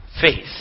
faith